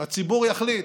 הציבור יחליט.